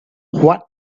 what